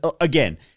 again